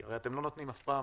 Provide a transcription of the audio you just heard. כי אתם לא נותנים אף פעם